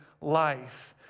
life